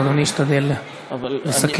אז אדוני ישתדל לסכם.